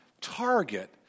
target